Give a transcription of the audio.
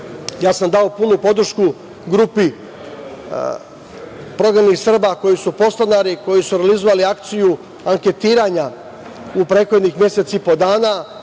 sam punu podršku grupi prognanih Srba koji su podstanari, koji su realizovali akciju anketiranja u prethodnih mesec i po dana.